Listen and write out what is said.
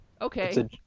Okay